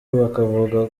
bakavuga